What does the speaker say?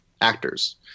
actors